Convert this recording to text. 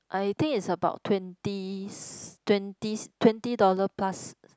I think it's about twenties twenties twenty dollar plus